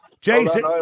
Jason